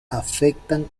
afectan